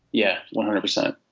yeah. one i never said